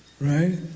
Right